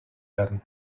werden